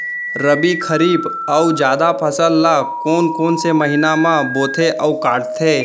रबि, खरीफ अऊ जादा फसल ल कोन कोन से महीना म बोथे अऊ काटते?